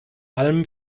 allem